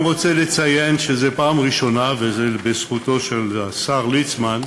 בשלב זה לא הגענו ליכולת לעשות את זה בצורה אלקטרונית,